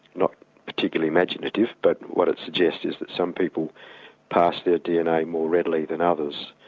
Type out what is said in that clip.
not particularly imaginative, but what it suggests is that some people pass their dna more readily than others.